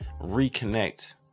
reconnect